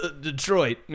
Detroit